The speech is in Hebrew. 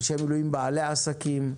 אנשי מילואים בעלי עסקים,